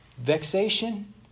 Vexation